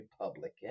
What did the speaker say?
Republican